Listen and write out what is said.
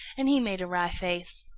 and he made a wry face.